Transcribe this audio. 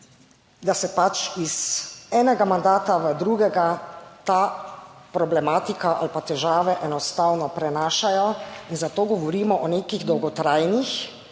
da se pač iz enega mandata v drugega ta problematika ali pa težave enostavno prenašajo in zato govorimo o nekih dolgotrajnih